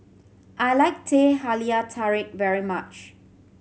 I like Teh Halia Tarik very much